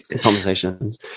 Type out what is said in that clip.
conversations